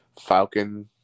Falcon